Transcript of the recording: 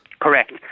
Correct